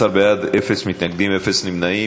13 בעד, אין מתנגדים, אין נמנעים.